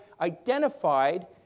identified